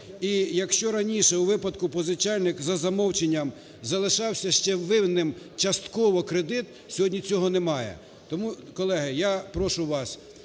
І якщо раніше у випадку позичальник за замовченням залишався ще винним частково кредит, сьогодні цього немає. Тому, колеги, я прошу вас.